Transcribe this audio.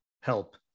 help